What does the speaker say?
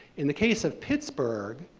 in the case of pittsburgh,